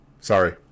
sorry